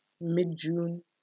Mid-June